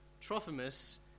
Trophimus